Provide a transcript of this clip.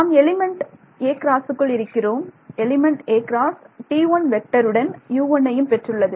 நாம் element a க்குள் இருக்கிறோம் எலிமெண்ட் a உடன் U1 ஐயும் பெற்றுள்ளது